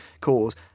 cause